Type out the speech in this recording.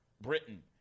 Britain